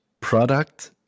product